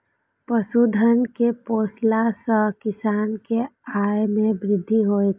पशुधन कें पोसला सं किसान के आय मे वृद्धि होइ छै